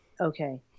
okay